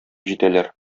җитәләр